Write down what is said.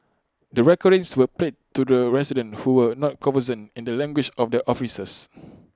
the recordings were played to the residents who were not conversant in the language of the officers